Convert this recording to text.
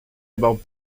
about